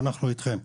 ואנחנו אתכם,